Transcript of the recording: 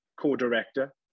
co-director